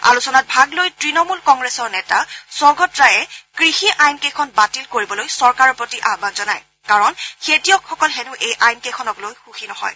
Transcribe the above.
আলোচনাত ভাগ লৈ তণমূল কংগ্ৰেছৰ নেতা সৌগত ৰায়ে কৃষি আইন কেইখন বাতিল কৰিবলৈ চৰকাৰৰ প্ৰতি আহান জনায় কাৰণ খেতিয়কসকল হেনো এই আইন কেইখনক লৈ সুখী নহয়